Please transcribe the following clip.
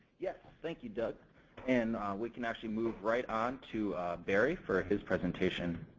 yeah thank you doug and we can actually move right on to barry for his presentation.